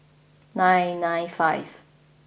nine nine five